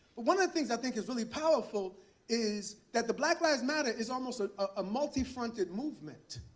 one of the things i think is really powerful is that the black lives matter is almost a multi-fronted movement.